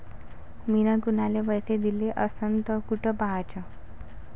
मिन कुनाले पैसे दिले असन तर कुठ पाहाचं?